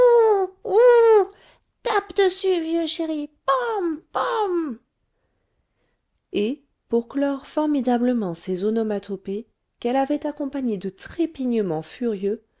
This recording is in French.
dessus vieux chéri boum boum et pour clore formidablement ces onomatopées qu'elle avait accompagnées de trépignements furieux